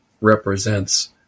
represents